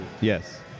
Yes